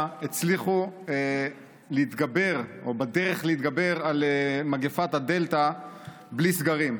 הצליחו להתגבר או בדרך להתגבר על מגפת הדלתא בלי סגרים.